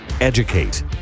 Educate